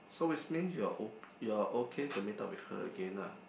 so which means you are ok~ you are okay to meet up with her again ah